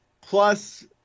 plus